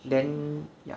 then ya